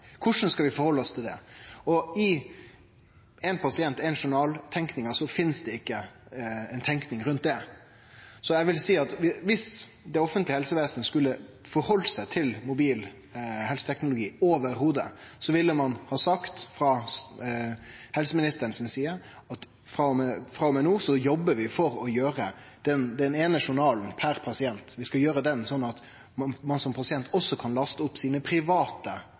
Korleis skal vi stille oss til det? I «éin pasient, éin journal»-tenkinga finst det ikkje ei tenking rundt det. Så eg vil seie at viss det offentlege helsevesenet skulle tatt stilling til mobil helseteknologi i det heile, ville ein ha sagt – frå helseministeren si side – at frå og med no jobbar vi for å gjere den eine journalen per pasient slik at ein som pasient også kan laste opp dei private